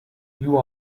you